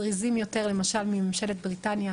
תושבים, אלא גם מסוחר פרטי ומאיש פרטי לסוחר.